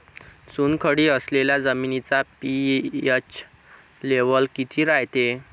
चुनखडी असलेल्या जमिनीचा पी.एच लेव्हल किती रायते?